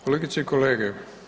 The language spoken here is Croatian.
Kolegice i kolege.